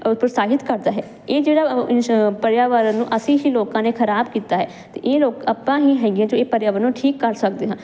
ਪ੍ਰਸਾਰਿਤ ਕਰਦਾ ਹੈ ਇਹ ਜਿਹੜਾ ਪਰਿਆਵਾਰਨ ਨੂੰ ਅਸੀਂ ਹੀ ਲੋਕਾਂ ਨੇ ਖਰਾਬ ਕੀਤਾ ਹੈ ਤੇ ਇਹ ਲੋਕ ਆਪਾਂ ਹੀ ਹੈਗੇ ਜੋ ਇਹ ਪਰਿਆਵਰਨ ਨੂੰ ਠੀਕ ਕਰ ਸਕਦੇ ਹਾਂ